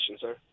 sir